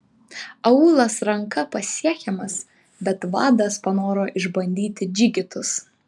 aūlas ranka pasiekiamas bet vadas panoro išbandyti džigitus